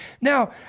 Now